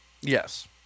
yes